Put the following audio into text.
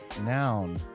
noun